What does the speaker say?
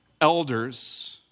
Elders